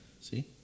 See